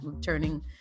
turning